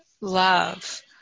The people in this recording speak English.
love